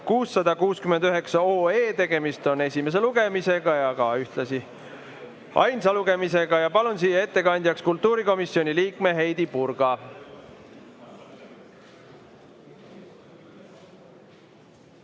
669. Tegemist on esimese lugemisega ja ühtlasi ainsa lugemisega. Palun siia ettekandjaks kultuurikomisjoni liikme Heidy Purga.